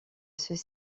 ceux